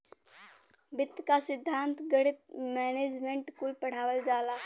वित्त क सिद्धान्त, गणित, मैनेजमेंट कुल पढ़ावल जाला